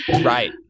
Right